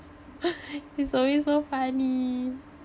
it's always so funny